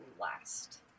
last